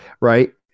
right